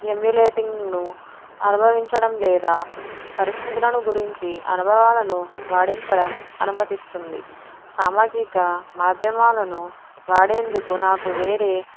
ఎమ్యులేటింగ్ను అనుభవించడం లేదా పరిస్థితులను గురించి అనుభవాలను వాదించడం అనుమతిస్తుంది సామాజిక మాధ్యమాలను వాడేందుకు నాకు వేరే